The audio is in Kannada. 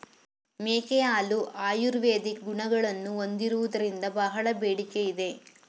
ಮೇಕೆಯ ಹಾಲು ಆಯುರ್ವೇದಿಕ್ ಗುಣಗಳನ್ನು ಹೊಂದಿರುವುದರಿಂದ ಬಹಳ ಬೇಡಿಕೆ ಇದೆ